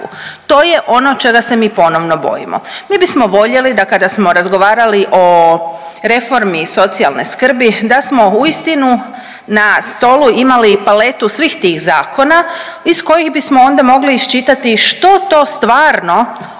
to je ono čega se mi ponovno bojimo. Mi bismo voljeli da kada smo razgovarali o reformi socijalne skrbi da smo uistinu na stolu imali paletu svih tih zakona iz kojih bismo onda mogli iščitati što to stvarno